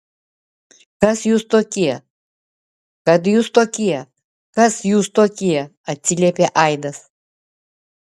kas jūs tokie kad jūs tokie kas jūs tokie atsiliepė aidas